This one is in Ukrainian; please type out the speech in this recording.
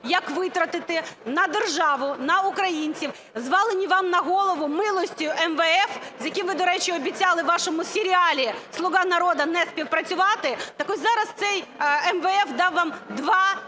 як витратити на державу, на українців, звалені вам на голову милістю МВФ, з яким ви, до речі, обіцяли у вашому серіалі "Слуга народу" не співпрацювати. Так ось зараз цей МВФ дав вам 2,7